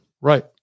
Right